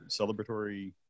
celebratory